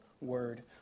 word